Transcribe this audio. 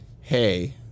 hey